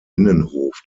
innenhof